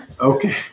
Okay